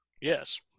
Yes